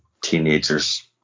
teenagers